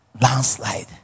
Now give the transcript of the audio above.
landslide